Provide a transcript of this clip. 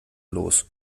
los